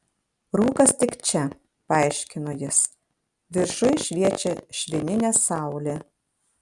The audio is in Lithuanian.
rūkas tik čia paaiškino jis viršuj šviečia švininė saulė